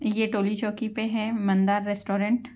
یہ ٹولی چوکی پہ ہے مندار ریسٹورنٹ